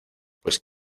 pues